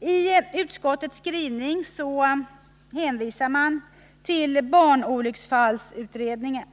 I sin skrivning hänvisar utskottet till barnolycksfallsutredningen.